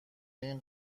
این